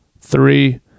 three